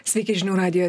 sveiki žinių radijo